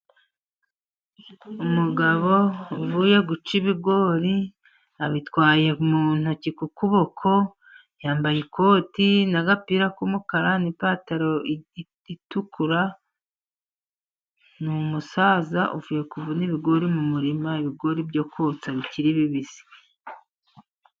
Umugabo uvuye guca ibigori abitwaye mu ntoki ku kuboko, yambaye ikoti n'agapira k'umukara n'ipantaro itukura, ni umusaza uvuye kuvuna ibigori mu murima ibigori byo kotsa bikiri bibisi.